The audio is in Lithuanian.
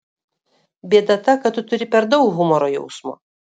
bėda ta kad tu turi per daug humoro jausmo